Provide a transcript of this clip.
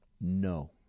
no